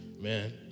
man